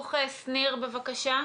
ברוך שניר, בבקשה.